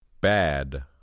Bad